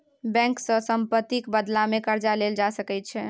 bank सँ सम्पत्तिक बदलामे कर्जा लेल जा सकैत छै